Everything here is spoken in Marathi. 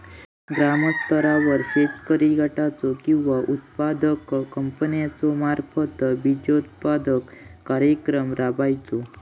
ग्रामस्तरावर शेतकरी गटाचो किंवा उत्पादक कंपन्याचो मार्फत बिजोत्पादन कार्यक्रम राबायचो?